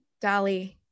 Dolly